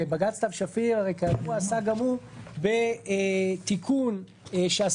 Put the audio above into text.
בג"ץ סתיו שפיר כידוע עסק גם הוא בתיקון שעסק